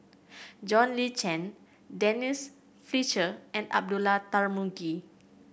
John Le Cain Denise Fletcher and Abdullah Tarmugi